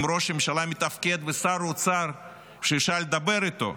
עם ראש הממשלה מתפקד ושר האוצר שאפשר לדבר איתו,